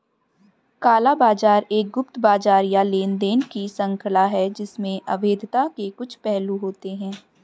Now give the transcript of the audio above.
काला बाजार एक गुप्त बाजार या लेनदेन की श्रृंखला है जिसमें अवैधता के कुछ पहलू होते हैं